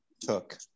took